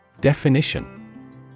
Definition